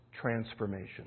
transformation